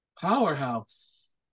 powerhouse